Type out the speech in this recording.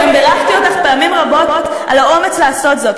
וגם בירכתי אותך פעמים רבות על האומץ לעשות זאת.